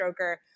Stroker